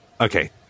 Okay